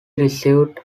received